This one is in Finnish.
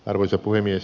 arvoisa puhemies